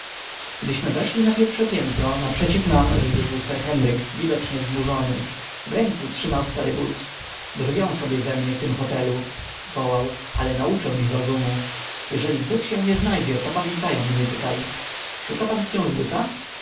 gdyśmy weszli na pierwsze piętro naprzeciw nam wybiegł sir henryk widocznie wzburzony w ręku trzymał stary but drwią sobie ze mnie w tym hotelu wołał ale nauczę ich rozumu jeżeli but się nie znajdzie popamiętają mnie tutaj szuka pan wciąż buta